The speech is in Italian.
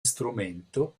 strumento